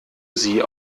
sie